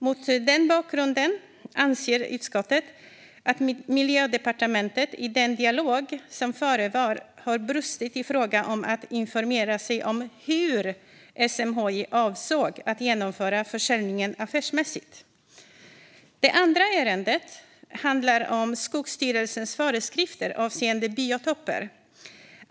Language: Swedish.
Mot bakgrund av detta anser utskottet att Miljödepartementet i den dialog som förevar har brustit i fråga om att informera sig om hur SMHI avsåg att genomföra försäljningen affärsmässigt. Det andra ärendet handlar om Skogsstyrelsens föreskrifter om biotoper.